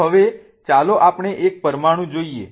તો હવે ચાલો આપણે એક પરમાણુ જોઈએ